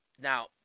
Now